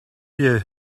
you